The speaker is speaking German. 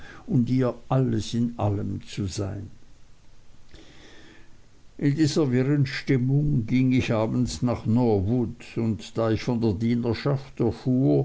und ihr alles in allem zu sein in dieser wirren stimmung ging ich abends nach norwood und da ich von der dienerschaft erfuhr